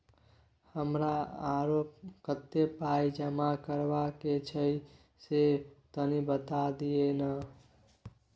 हमरा आरो कत्ते पाई जमा करबा के छै से तनी बता दिय न?